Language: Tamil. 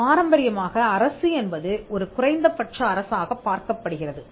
பாரம்பரியமாக அரசு என்பது ஒரு குறைந்தபட்ச அரசாகப் பார்க்கப்படுகிறது